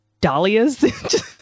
dahlias